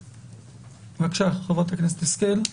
בבקשה, חברת הכנסת השכל.